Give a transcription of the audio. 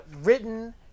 written